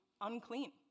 unclean